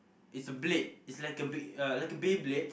it's a blade it's like a bey~ uh like a Beyblade